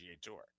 Tour